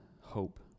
hope